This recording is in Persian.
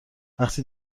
وقتی